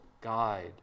guide